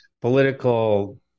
political